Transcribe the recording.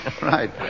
Right